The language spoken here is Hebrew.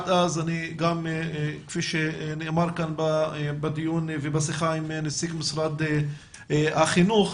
כפי שנאמר כאן בדיון ובשיחה עם נציג משרד החינוך,